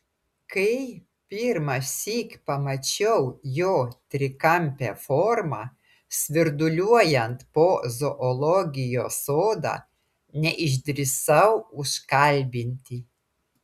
kai pirmąsyk pamačiau jo trikampę formą svirduliuojant po zoologijos sodą neišdrįsau užkalbinti